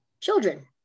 children